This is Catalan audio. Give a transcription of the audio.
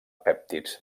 pèptids